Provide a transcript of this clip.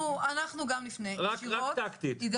אנחנו פונים